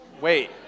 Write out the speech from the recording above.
Wait